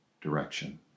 direction